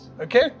okay